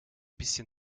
bisschen